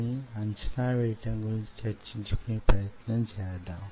ఈ కణాలు కాల క్రమంలో విభజించబడి యీ విధంగా వుంటాయి